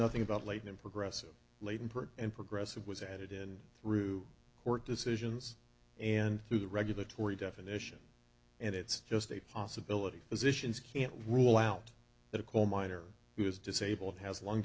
nothing about late in progressive latent print and progressive was added in through court decisions and through the regulatory definition and it's just a possibility physicians can't rule out that a coal miner who is disabled has lung